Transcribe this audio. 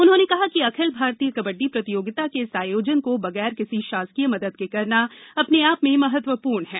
उन्होंने कहा कि अखिल भारतीय कबड्डी प्रतियोगिता के इस आयोजन को बगैर किसी शासकीय मदद के करना अपने आप में महत्वपूर्ण है